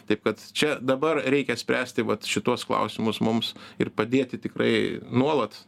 taip kad čia dabar reikia spręsti vat šituos klausimus mums ir padėti tikrai nuolat